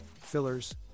fillers